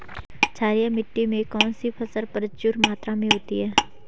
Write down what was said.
क्षारीय मिट्टी में कौन सी फसल प्रचुर मात्रा में होती है?